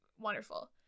wonderful